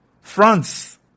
France